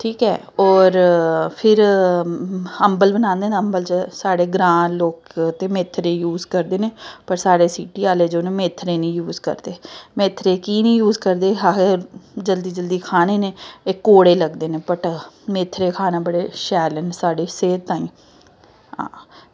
ठीक ऐ होर फिर अम्बल बनाने न अम्बल च साढ़े ग्रांऽ लोक ते मेथरे यूज़ करदे न पर साढ़े सिटी आह्ले जो न मेथरे निं यूज़ करदे मेथरे कीऽ निं यूज़ करदे आखदे जल्दी जल्दी खाने न एह् कौड़े लगदे न बट्ट मेथरे खाना बड़े शैल न साढ़ी सेह्त ताहीं आं